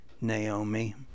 Naomi